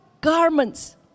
garments